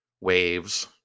waves